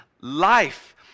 life